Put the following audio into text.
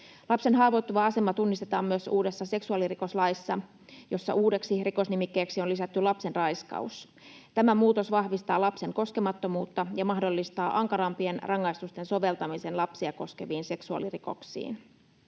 Lapsen haavoittuva asema tunnistetaan myös uudessa seksuaalirikoslaissa, jossa uudeksi rikosnimikkeeksi on lisätty lapsenraiskaus. Tämä muutos vahvistaa lapsen koskemattomuutta ja mahdollistaa ankarampien rangaistusten soveltamisen lapsia koskeviin seksuaalirikoksiin.